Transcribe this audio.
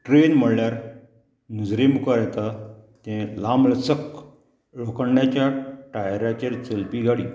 train म्हणल्यार नजरे मुखार येता तें लांबलचक लोक टायराचेर चलपी गाडी